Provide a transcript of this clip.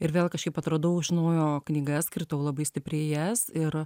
ir vėl kažkaip atradau iš naujo knygas kritau labai stipriai į jas ir